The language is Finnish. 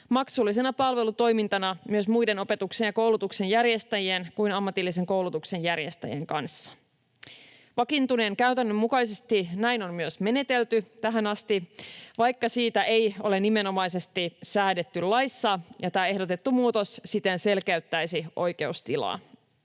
maksullisena palvelutoimintana myös muiden opetuksen ja koulutuksen järjestäjien kuin ammatillisen koulutuksen järjestäjien kanssa. Vakiintuneen käytännön mukaisesti näin on myös menetelty tähän asti, vaikka siitä ei ole nimenomaisesti säädetty laissa, ja tämä ehdotettu muutos siten selkeyttäisi oikeustilaa.